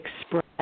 express